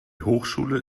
hochschule